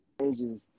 changes